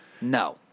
no